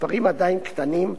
המספרים עדיין קטנים,